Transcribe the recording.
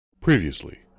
Previously